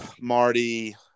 Marty